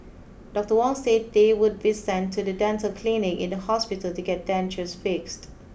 Doctor Wong said they would be sent to the dental clinic in the hospital to get dentures fixed